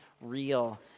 real